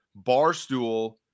Barstool